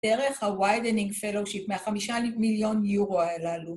‫דרך הוויידנינג פלושיפ ‫מה-5 מיליון יורו הללו.